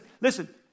listen